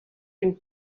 une